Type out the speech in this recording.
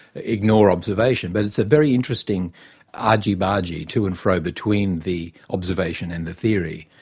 ignore observation, but it's a very interesting argy-bargy, to-and-fro between the observation and the theory.